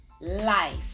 life